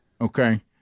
okay